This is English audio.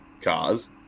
cars